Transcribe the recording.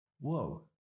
whoa